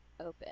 open